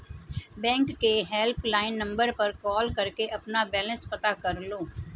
bank के helpline number पर call करके अपना बैलेंस पता कर लो